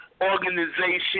organization